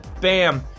Bam